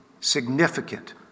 significant